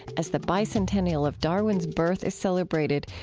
as the bicentennial of darwin's birth is celebrated,